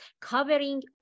covering